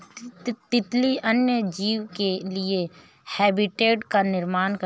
तितली अन्य जीव के लिए हैबिटेट का निर्माण करती है